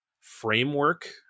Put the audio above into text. framework